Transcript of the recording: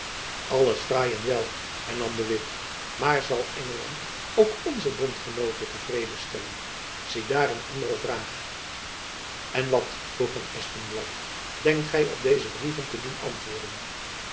alles fraai en wel hernam de witt maar zal engeland ook onze bondgenooten te vreden stellen ziedaar een andere vraag en wat vroeg van espenblad denkt gy op deze brieven te doen